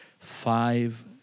five